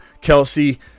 Kelsey